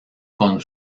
con